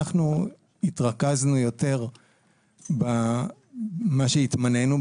אנחנו התרכזנו יותר במה שהתמנינו,